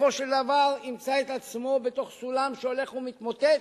סופו של דבר ימצא את עצמו בתוך סולם שהולך ומתמוטט.